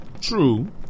True